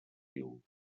viu